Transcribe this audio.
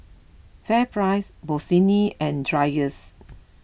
FairPrice Bossini and Dreyers